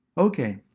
okay,